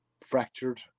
fractured